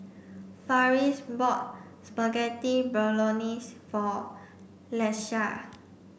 Farris bought Spaghetti Bolognese for Lakesha